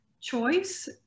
choice